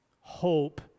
hope